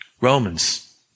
Romans